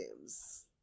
games